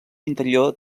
interior